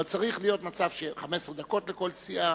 אבל צריך להיות מצב של 15 דקות לכל סיעה,